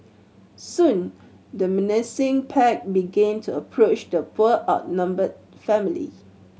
soon the menacing pack began to approach the poor outnumbered family